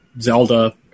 Zelda